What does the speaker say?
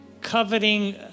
coveting